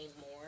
more